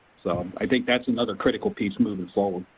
so i think that's another critical piece moving forward.